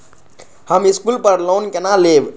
हम स्कूल पर लोन केना लैब?